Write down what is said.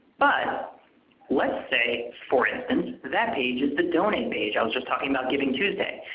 but let's say for instance, that page is the donate page. i was just talking about givingtuesday.